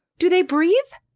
do they breathe?